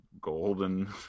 golden